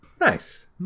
Nice